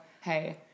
hey